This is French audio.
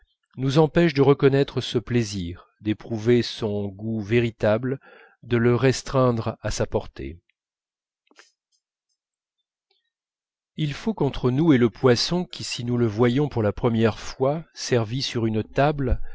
nous empêche de reconnaître ce plaisir d'éprouver son goût véritable de le restreindre à sa portée il faut qu'entre nous et le poisson qui si nous le voyions pour la première fois servi sur une table